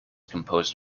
composed